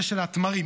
זה של התמרים,